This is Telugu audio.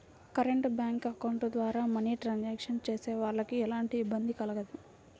కరెంట్ బ్యేంకు అకౌంట్ ద్వారా మనీ ట్రాన్సాక్షన్స్ చేసేవాళ్ళకి ఎలాంటి ఇబ్బంది కలగదు